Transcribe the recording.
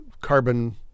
carbon-